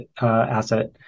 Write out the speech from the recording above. asset